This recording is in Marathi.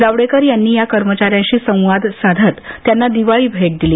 जावडेकर यांनी या कर्मचाऱ्याशी संवाद साधन त्यांना दिवाळी भेट दिली